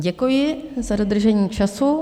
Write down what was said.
Děkuji za dodržení času.